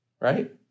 right